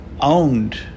owned